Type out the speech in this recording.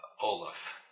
Olaf